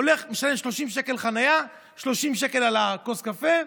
הוא הולך, משלם 30 שקל חניה ו-30 שקל על כוס קפה.